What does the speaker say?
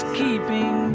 keeping